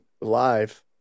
live